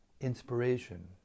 inspiration